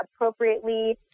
appropriately